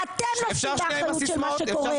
אתם נושאים באחריות של מה שקורה.